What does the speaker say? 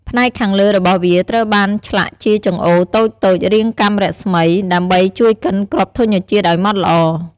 ផ្ទៃខាងលើរបស់វាត្រូវបានឆ្លាក់ជាចង្អូរតូចៗរាងកាំរស្មី ដើម្បីជួយកិនគ្រាប់ធញ្ញជាតិឲ្យម៉ត់ល្អ។